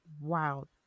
wow